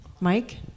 Mike